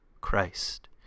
Christ